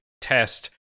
test